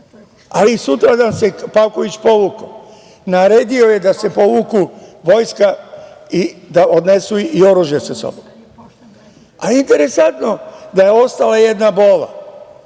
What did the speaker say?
Ali, sutradan se Pavković povukao. Naredio je da se povuče vojska i da odnesu i oružje sa sobom. Interesantno da je ostala jedna BOV-a,